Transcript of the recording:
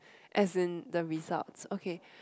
as in the results okay